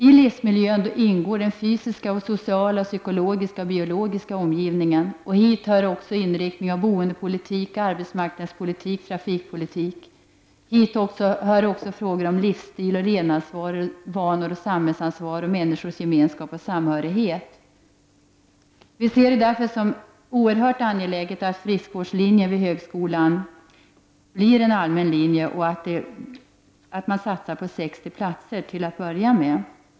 I livsmiljön ingår den fysiska, sociala, psykologiska och biologiska omgivningen. Hit hör också inriktningen av boendepolitik, arbetsmarknadspolitik och trafikpolitik liksom även frågor som gäller livsstil, levnadsvanor, samhällsansvar och människors gemenskap och samhörighet. Vi ser det därför som oerhört angeläget att friskvårdslinjen vid högskolan i Gävle/Sandviken blir en allmän linje och att antalet nybörjarplatser till att börja med ökas med 60.